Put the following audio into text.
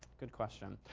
good question.